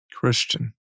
Christian